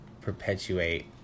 perpetuate